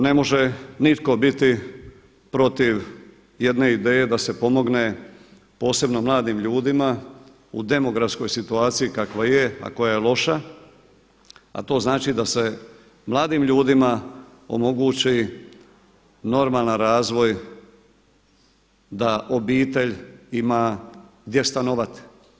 Ne može niti biti protiv jedne ideje da se pomogne posebno mladim ljudima u demografskoj situaciji kakva je, a koja je loša, a to znači da se mladim ljudima omogući normalan razvoj da obitelj ima gdje stanovati.